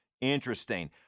interesting